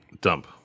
dump